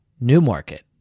Newmarket